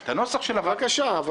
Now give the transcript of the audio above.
בבקשה.